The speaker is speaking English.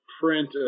print